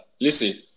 listen